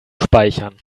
speichern